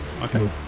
Okay